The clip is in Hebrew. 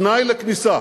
התנאי לכניסה